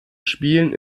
spielen